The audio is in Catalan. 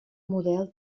model